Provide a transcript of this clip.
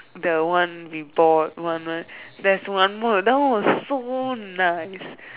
the one we bought one night there's one more that was so nice